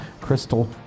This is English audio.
Crystal